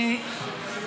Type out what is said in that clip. אתה צודק.